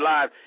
Live